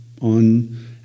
on